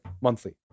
monthly